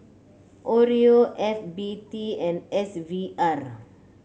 oreo F B T and S V R